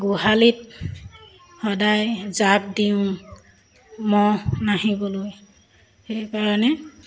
গোহালিত সদায় যাগ দিওঁ মহ নাহিবলৈ সেইকাৰণে